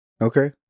okay